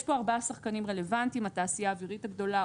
יש כאן ארבעה שחקנים רלוונטיים: התעשייה האווירית הגדולה,